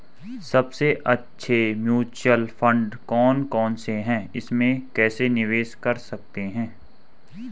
सबसे अच्छे mutual fund कौन कौनसे हैं इसमें कैसे निवेश कर सकते हैं?